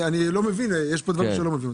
השוק,